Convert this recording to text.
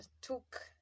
took